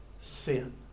sin